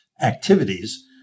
activities